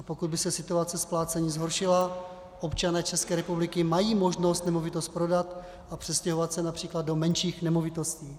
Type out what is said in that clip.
A pokud by se situace splácení zhoršila, občané České republiky mají možnost nemovitost prodat a přestěhovat se například do menších nemovitostí.